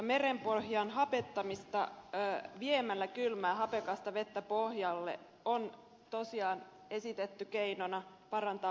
merenpohjan hapettamista viemällä kylmää hapekasta vettä pohjalle on tosiaan esitetty keinona parantaa meren tilaa